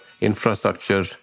infrastructure